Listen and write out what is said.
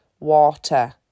water